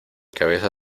cabeza